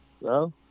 Hello